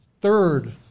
third